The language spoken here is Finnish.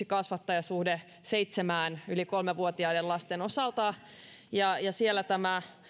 kasvattajan suhde seitsemään lapseen yli kolme vuotiaiden lasten osalta siellä tämä